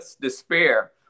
despair